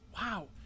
Wow